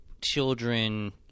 children